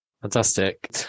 Fantastic